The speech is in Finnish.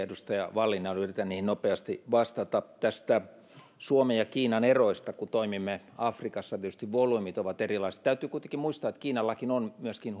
edustaja vallinilla yritän niihin nopeasti vastata näistä suomen ja kiinan eroista kun toimimme afrikassa tietysti volyymit ovat erilaiset täytyy kuitenkin muistaa että kiinallakin on myöskin